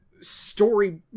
story